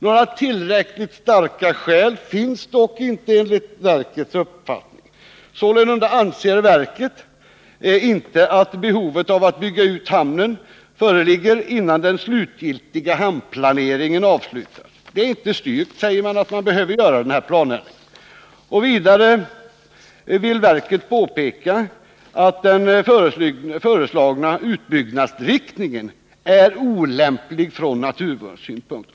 Några tillräckligt starka skäl finns dock inte enligt naturvårdsverkets uppfattning. Således anser verket inte att behov av att bygga ut hamnen föreligger, innan den slutliga hamnplaneringen avslutats. Det är inte styrkt att man behöver göra denna planändring. Vidare vill verket påpeka att den föreslagna utbyggnadsriktningen är olämplig från naturvårdssynpunkt.